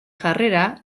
jarrera